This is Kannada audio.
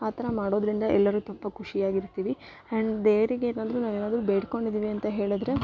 ಆ ಥರ ಮಾಡೋದರಿಂದ ಎಲ್ಲರೂ ತುಪ್ಪ ಖುಷಿಯಾಗಿರ್ತೀವಿ ಆಂಡ್ ದೇವ್ರಿಗೆ ಏನು ಅಂದರೂ ನಾವೇನಾದರೂ ಬೇಡ್ಕೊಂಡಿದ್ದೀವಿ ಅಂತ ಹೇಳಿದ್ರೆ